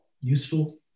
useful